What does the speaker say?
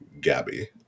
Gabby